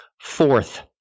Fourth